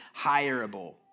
hireable